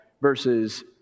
versus